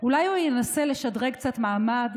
אולי הוא ינסה לשדרג קצת מעמד,